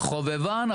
חובבן,